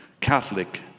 Catholic